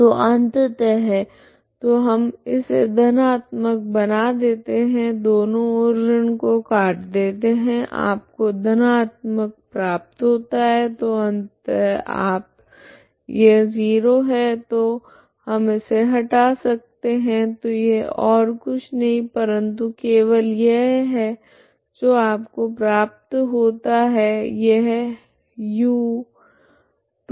तो अंततः तो हम इसे धनात्मक बना देती हूँ दोनों ओर ऋण को काट देते है आपको धनात्मक धनात्मक प्राप्त होता है तो अंततः आप तो यह 0 है तो हम इसे हटा सकते है तो यह ओर कुछ नहीं परंतु केवल यह है जो आपको प्राप्त होता है यह u2ξ0η0 है